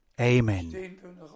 Amen